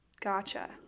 Gotcha